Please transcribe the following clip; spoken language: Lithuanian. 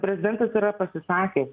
prezidentas yra pasisakęs